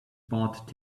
bought